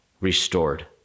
restored